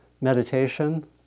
meditation